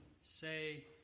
say